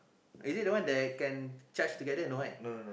is it the one that can charge together no right